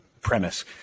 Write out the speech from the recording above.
premise